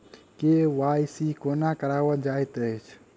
KYC कोना कराओल जाइत अछि?